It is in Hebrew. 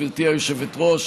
גברתי היושבת-ראש,